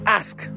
ask